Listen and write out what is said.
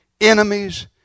enemies